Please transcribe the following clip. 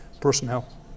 personnel